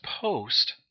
Post